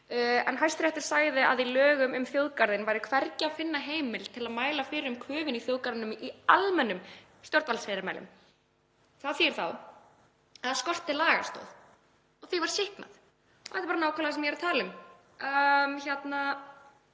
En Hæstiréttur sagði að í lögum um þjóðgarðinn væri hvergi að finna heimild til að mæla fyrir um köfun í þjóðgarðinum í almennum stjórnvaldsfyrirmælum. Það þýðir þá að það skorti lagastoð og því var sýknað. Þetta er bara nákvæmlega það sem ég var að tala um varðandi